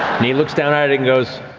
he looks down at it and goes,